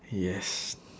yes